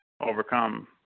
overcome